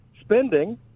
spending